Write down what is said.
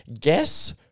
Guess